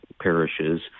parishes